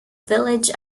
village